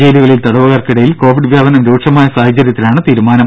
ജയിലുകളിൽ തടവുകാർക്കിടയിൽ കോവിഡ് വ്യാപനം രൂക്ഷമായ സാഹചര്യത്തിലാണ് തീരുമാനം